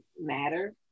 matter